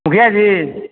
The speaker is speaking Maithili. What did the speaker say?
मुखिआजी